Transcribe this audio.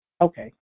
okay